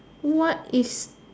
what is